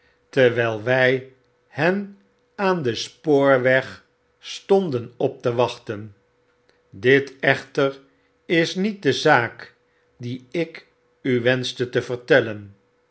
terwijl wy hen aan den spoorweg stonden op te wachten dit echter is niet de zaak die ik u wenschte te vertellen